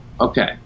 Okay